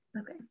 okay